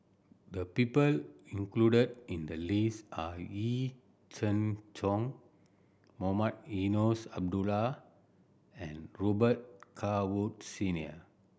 the people included in the list are Yee Jenn Jong Mohamed Eunos Abdullah and Robet Carr Woods Senior